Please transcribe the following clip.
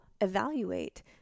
evaluate